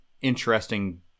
interesting